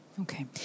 Okay